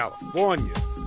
California